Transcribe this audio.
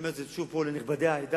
אני אומר את זה שוב פה לנכבדי העדה.